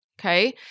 okay